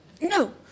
no